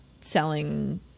selling